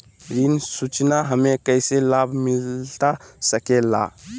ऋण सूचना हमें कैसे लाभ मिलता सके ला?